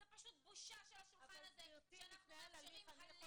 זו פשוט בושה לשולחן הזה שאנחנו מנהלים הליך --- אבל